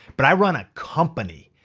but i run a company,